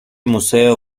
museo